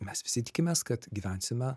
mes visi tikimės kad gyvensime